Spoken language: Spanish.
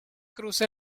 cruza